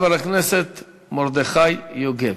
חבר הכנסת מרדכי יוגב.